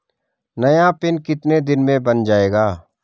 नया पिन कितने दिन में बन जायेगा?